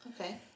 Okay